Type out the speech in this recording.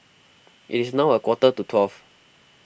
it is now a quarter to twelve